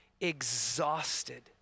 exhausted